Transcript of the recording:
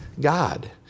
God